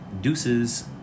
deuces